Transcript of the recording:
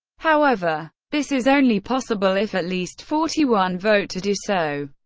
however, this is only possible if at least forty one vote to do so,